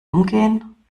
umgehen